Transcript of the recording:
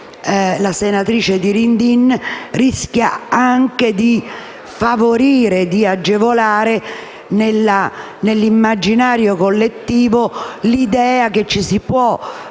la senatrice Dirindin, rischia anche di favorire e agevolare nell'immaginario collettivo l'idea che ci si possa